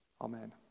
Amen